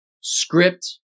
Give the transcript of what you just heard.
Script